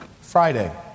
Friday